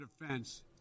defense